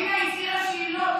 על מה אתה מדבר?